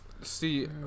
see